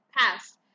Past